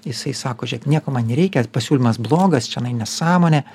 jisai sako žiūrėk nieko man nereikia pasiūlymas blogas čionai nesąmonė